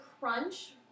crunch